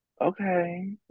Okay